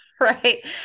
right